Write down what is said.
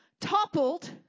toppled